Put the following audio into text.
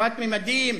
רחבת ממדים,